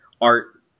art